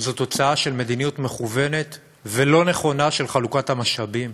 תוצאה של מדיניות מכוונת ולא נכונה של חלוקת המשאבים.